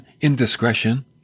indiscretion